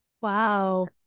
Wow